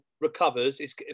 recovers